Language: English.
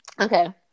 Okay